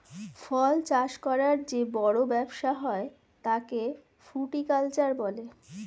ফল চাষ করার যে বড় ব্যবসা হয় তাকে ফ্রুটিকালচার বলে